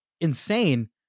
insane